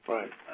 Right